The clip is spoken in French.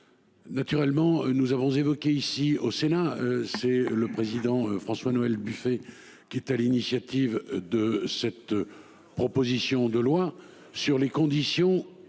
Naturellement, nous avons évoqué ici au Sénat, c'est le président François Noël Buffet qui est à l'initiative de cette. Proposition de loi sur les conditions